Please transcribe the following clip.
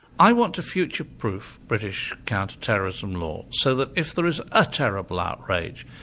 i want to future-proof british counter-terrorism law so that if there is a terrible outrage,